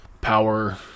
power